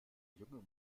junge